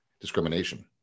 discrimination